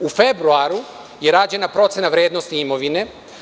U februaru je rađena procena vrednosti imovine.